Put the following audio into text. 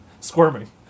Squirming